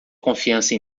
confiança